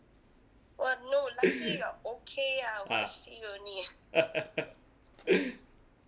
ah